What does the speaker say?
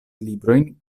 librojn